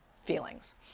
feelings